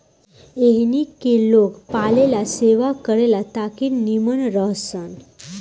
एहनी के लोग पालेला सेवा करे ला ताकि नीमन रह सन